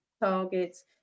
targets